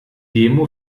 demo